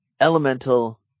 Elemental